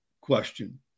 question